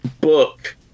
book